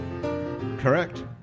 correct